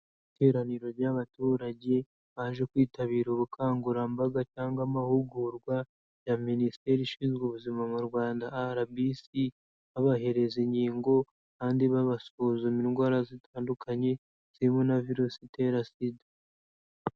Iteraniro ry'abaturage baje kwitabira ubukangurambaga cyangwa amahugurwa ya minisiteri ishinzwe ubuzima mu Rwanda RBC, babahereza inkingo kandi babasuzuma indwara zitandukanye zirimo na virusi itera sida.